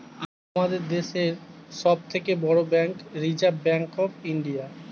আমাদের দেশের সব থেকে বড় bank reserve bank of India